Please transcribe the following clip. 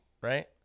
right